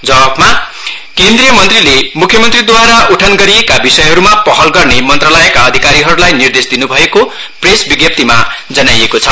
जवाफमा केन्द्रिय मन्त्रीले मुख्य मन्त्रीद्वारा उठान गरिएका विषयहरूमा पहल गर्न मन्त्रालयका अधिकारीहरूलाई निर्देश दिन् भएको प्रेस विज्ञप्तिमा जनाइएको छ